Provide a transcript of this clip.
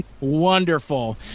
Wonderful